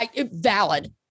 Valid